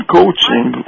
coaching